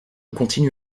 continue